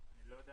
ראש